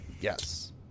yes